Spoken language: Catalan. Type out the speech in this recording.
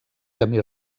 camí